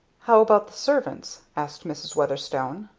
how about the servants? asked mrs. weatherstone.